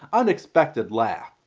unexpected laugh.